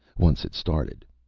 once it started,